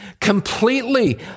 completely